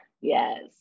Yes